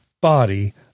body